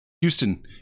Houston